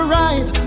rise